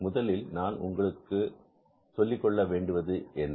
முதலில் நான் உங்களுடன் சொல்லிக்கொள்ள வேண்டுவது என்ன